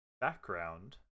background